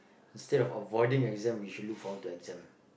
instead of avoiding exam we should look forward to the exam